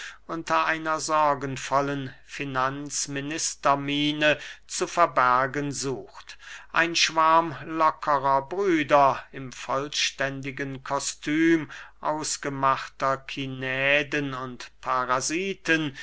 unter einer sorgenvollen finanzministermiene zu verbergen sucht ein schwarm lockerer brüder im vollständigen kostum ausgemachter kinäden und parasiten